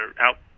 out